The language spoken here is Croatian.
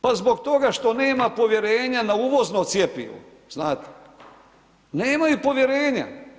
Pa zbog toga što nema povjerenja na uvozno cjepivo, znate, nemaju povjerenja.